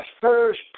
first